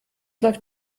läuft